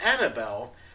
Annabelle